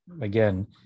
again